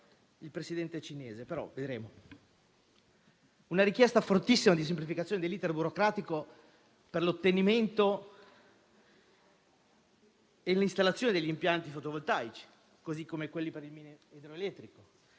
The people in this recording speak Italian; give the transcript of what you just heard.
il Presidente cinese, ma vedremo. Vi è poi la richiesta fortissima di semplificazione dell'*iter* burocratico per l'ottenimento e l'installazione degli impianti fotovoltaici, così come quelli per il mini idroelettrico.